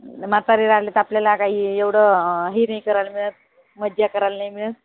म्हातारे राहिले तर आपल्याला काही एवढं हे नाही करायला मिळत मज्जा करायला नाही मिळत